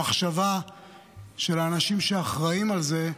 המחשבה של האנשים שאחראים על זה,